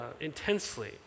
intensely